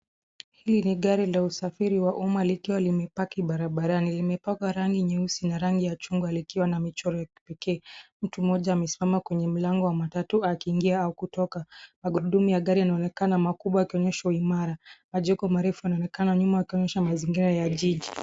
Hili ni gari la usafiri wa umma likiwa limeparki barabarani. Limepakwa rangi nyeusi na rangi ya chungwa likiwa na michoro ya kipekee. Mtu mmoja amesimama kwenye mlango wa matatu, akiingia au kutoka. Magurudumu ya gari yanaonekana makubwa yakionyesha uimara Majengo marefu yanaonekana nyuma ,yakionyesha mazingira ya jiji.